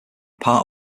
part